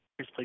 Please